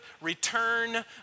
return